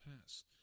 pass